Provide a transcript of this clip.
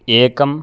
एकम्